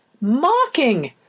mocking